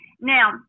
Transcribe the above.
Now